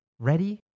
Ready